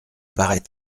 paraît